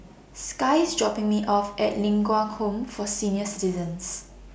Sky IS dropping Me off At Ling Kwang Home For Senior Citizens